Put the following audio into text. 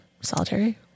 solitary